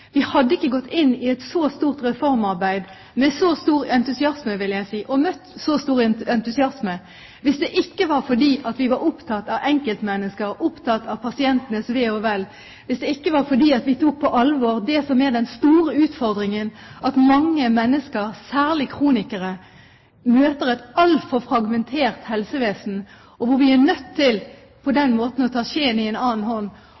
Vi hadde ikke gått inn i et så stort reformarbeid med så stor entusiasme, vil jeg si, og møtt så stor entusiasme hvis det ikke var fordi at vi var opptatt av enkeltmennesker, opptatt av pasientenes ve og vel og tok på alvor det som er den store utfordringen, at mange mennesker – særlig kronikere – møter et altfor fragmentert helsevesen, hvor vi er nødt til å ta skjeen i en annen hånd,